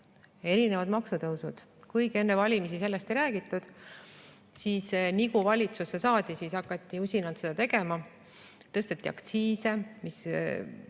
erinevad maksutõusud. Kuigi enne valimisi sellest ei räägitud, siis nagu valitsusse saadi, hakati usinalt neid tegema. Tõsteti aktsiise, mis